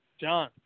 John